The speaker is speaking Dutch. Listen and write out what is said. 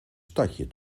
stadje